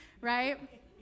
right